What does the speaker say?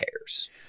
cares